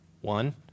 One